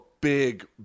big